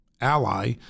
ally